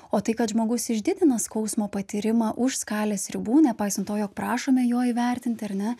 o tai kad žmogus išdidina skausmo patyrimą už skalės ribų nepaisant to jog prašome jo įvertinti ar ne